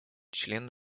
члены